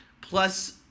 plus